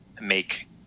make